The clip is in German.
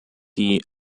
die